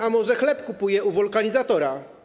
A może chleb kupuje u wulkanizatora?